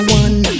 one